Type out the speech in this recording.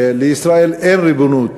לישראל אין ריבונות,